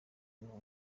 ubu